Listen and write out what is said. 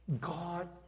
God